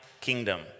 kingdom